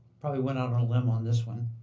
probably went out on a limb on this one,